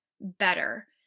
better